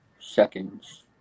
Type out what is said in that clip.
seconds